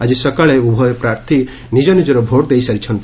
ଆଜି ସକାଳେ ଉଭୟ ପ୍ରାର୍ଥୀ ନିକ ନିଜର ଭୋଟ୍ ଦେଇସାରିଛନ୍ତି